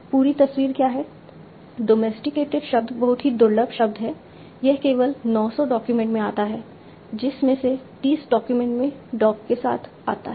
पूरी तस्वीर क्या है डॉमेस्टिकेटेड शब्द बहुत ही दुर्लभ शब्द है यह केवल 900 डॉक्यूमेंट में आता है जिसमें से 30 डॉक्यूमेंट में डॉग के साथ आता है